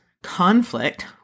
conflict